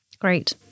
great